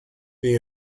the